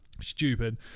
stupid